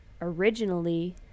originally